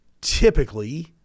typically